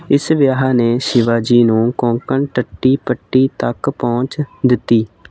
ਇਸ ਵਿਆਹ ਨੇ ਸ਼ਿਵਾਜੀ ਨੂੰ ਕੋਂਕਣ ਤਟੀ ਪੱਟੀ ਤੱਕ ਪਹੁੰਚ ਦਿੱਤੀ